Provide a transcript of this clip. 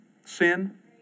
Sin